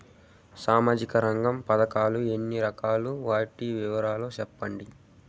సామాజిక రంగ పథకాలు ఎన్ని రకాలు? వాటి వివరాలు సెప్పండి